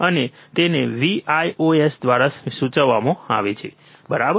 અને તેને Vios દ્વારા સૂચવવામાં આવે છે બરાબર